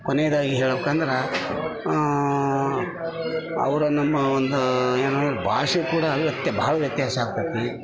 ಕೊನೆಯದಾಗಿ ಹೇಳ್ಬೇಕ್ ಅಂದ್ರೆ ಅವರ ನಮ್ಮ ಒಂದು ಏನು ಭಾಷೆ ಕೂಡಾ ಭಾಳ ವ್ಯತ್ಯಾಸ ಆಕ್ತದೆ